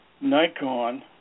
Nikon